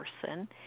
person